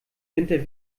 winter